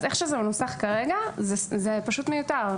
אז איך שזה מנוסח כרגע, זה פשוט מיותר.